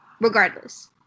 regardless